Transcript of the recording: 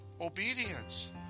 obedience